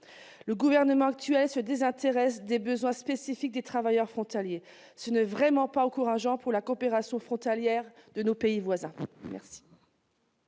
Le Gouvernement se désintéresse des besoins spécifiques des travailleurs frontaliers. Ce n'est vraiment pas encourageant pour la coopération frontalière avec les pays voisins